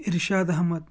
Irshad Ahmad